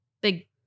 big